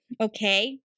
Okay